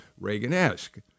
Reagan-esque